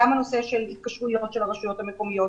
גם הנושא של התקשרויות של הרשויות המקומיות,